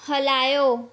हलायो